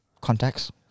contacts